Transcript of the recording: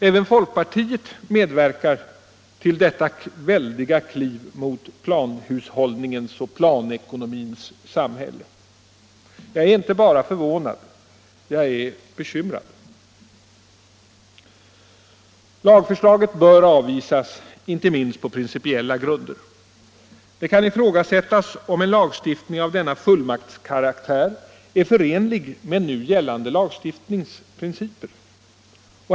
Även folkpartiet medverkar till detta väldiga kliv mot planhushållningens och planekonomins samhälle. Jag är inte bara förvånad. Jag är bekymrad. Lagförslaget bör avvisas inte minst på principiella grunder. Det kan ifrågasättas om en lagstiftning av denna fullmaktskaraktär är förenlig med nu gällande lagstiftningsprinciper.